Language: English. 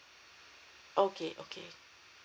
okay okay